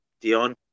Dion